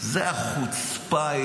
זאת החוצפה,